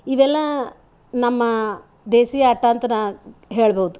ಇವೆಲ್ಲ ನಮ್ಮ ದೇಸಿಯ ಆಟ ಅಂತ ನಾನು ಹೇಳ್ಬೋದು